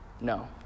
No